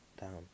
down